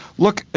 look,